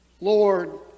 Lord